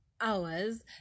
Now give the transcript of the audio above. hours